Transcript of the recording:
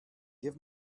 get